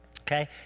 Okay